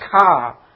car